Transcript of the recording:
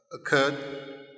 occurred